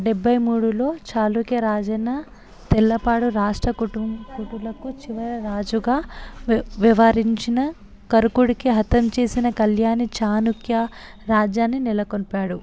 డెబ్భై మూడులో చాళుక్యరాజైన తెల్లపాడు రాష్ట్రకూటులకు చివరి రాజుగా వ్య వ్యవహరించిన కర్కుడికి హతంచేసిన కళ్యాణి చాళుక్య రాజ్యాన్ని నెలకొల్పాడు